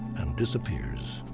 and disappears.